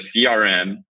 CRM